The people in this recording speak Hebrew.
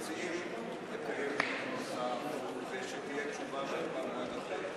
אנחנו מציעים לקיים דיון נוסף ושתשובה והצבעה יהיו במועד אחר.